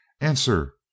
Answer